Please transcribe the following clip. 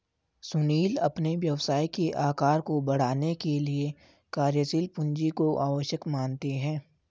सुनील अपने व्यवसाय के आकार को बढ़ाने के लिए कार्यशील पूंजी को आवश्यक मानते हैं